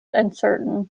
uncertain